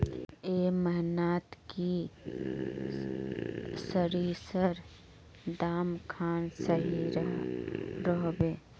ए महीनात की सरिसर दाम खान सही रोहवे?